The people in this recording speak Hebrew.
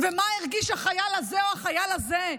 מה הרגיש החייל הזה או החייל הזה,